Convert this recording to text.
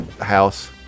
house